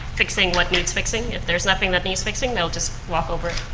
fixing what needs fixing. if there's nothing that needs fixing they will just walk over it.